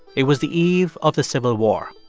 it was the eve of the civil war.